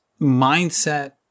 mindset